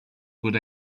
good